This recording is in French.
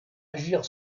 agir